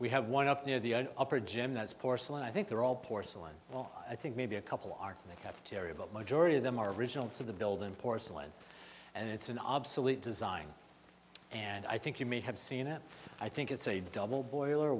we have one up near the upper gym that's porcelain i think they're all porcelain well i think maybe a couple are in the cafeteria but majority of them are regional to the building porcelain and it's an obsolete design and i think you may have seen it i think it's a double boiler